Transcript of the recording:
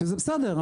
שזה בסדר.